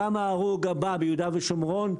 גם עם ההרוג הבא ביהודה ושומרון,